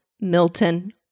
Milton